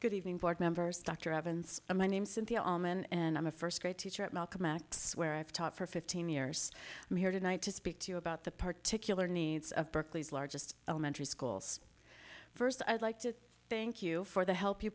good evening board members dr evans my name cynthia allman and i'm a first grade teacher at malcolm x where i've taught for fifteen years i'm here tonight to speak to you about the particular needs of berkeley's largest elementary schools first i'd like to thank you for the help you